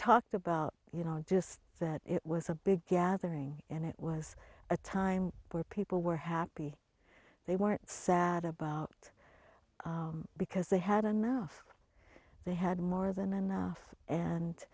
talked about you know just that it was a big gathering and it was a time where people were happy they weren't sad about it because they had enough they had more than enough and